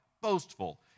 boastful